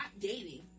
dating